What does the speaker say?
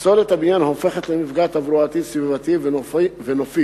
פסולת הבניין הופכת למפגע תברואתי, סביבתי ונופי,